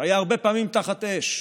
שהיה הרבה פעמים תחת אש.